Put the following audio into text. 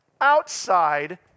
outside